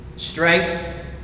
Strength